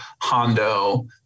Hondo